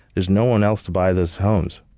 there's no one else to buy those homes.